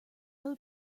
would